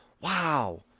wow